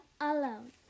alone